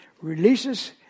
releases